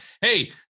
hey